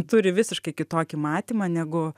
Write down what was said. turi visiškai kitokį matymą negu